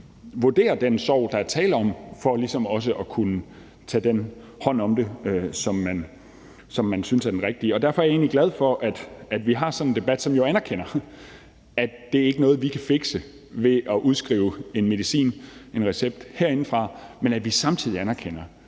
vurdere den sorg, der er tale om, for ligesom også at kunne tage hånd om det på den rigtige måde. Derfor er jeg egentlig glad for, at vi har sådan en debat, som jo anerkender, at det ikke er noget, vi kan fikse ved at udskrive en recept på medicin herindefra, men at vi samtidig anerkender,